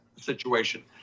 situation